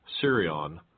Sirion